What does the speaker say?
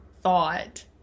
thought